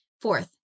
Fourth